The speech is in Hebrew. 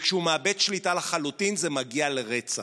כשהוא מאבד שליטה לחלוטין זה מגיע לרצח.